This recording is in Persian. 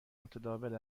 متداول